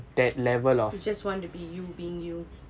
you just want to be you being you